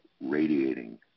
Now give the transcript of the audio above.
radiating